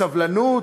בסבלנות,